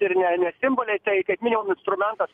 ir ne ne simboliai tai kaip minimum instrumentas